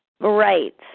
Right